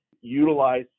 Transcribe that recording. utilize